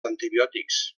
antibiòtics